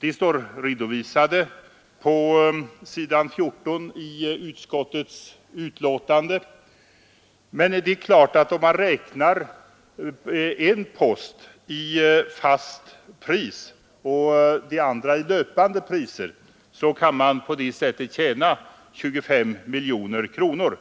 De redovisas på s. 14 i utskottets betänkande. Om man räknar en post i fast pris och de andra i löpande kan man tjäna 25 miljoner kronor.